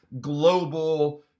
global